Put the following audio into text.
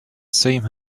same